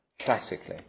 classically